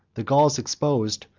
the gauls exposed,